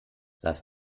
lass